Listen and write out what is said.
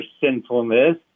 sinfulness